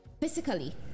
physically